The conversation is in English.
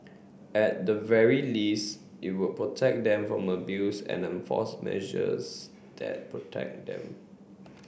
at the very least it will protect them from abuse and enforce measures that protect them